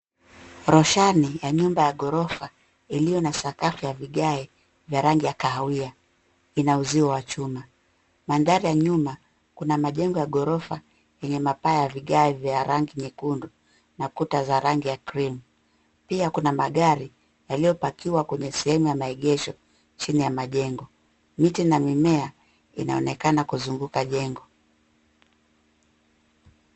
Roshani ya nyumba ya ghorofa, iliyo na sakafu ya vigae vya rangi ya kahawia inauzio wa chuma. Mandhari ya nyuma, kuna majengo ya ghorofa yenye mapaa ya vigae vya rangi nyekundu na kuta za rangi ya cream pia kuna magari yaliyopakiwa kwenye sehemu ya maegesho chini ya majengo. Miti na mimea inaonekana kuzunguka jengo.